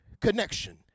connection